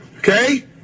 Okay